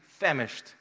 famished